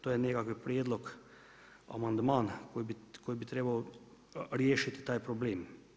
To je nekakav prijedlog, amandman koji bi trebao riješiti taj problem.